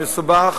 מסובך,